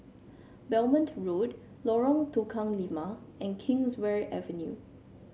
Belmont Road Lorong Tukang Lima and Kingswear Avenue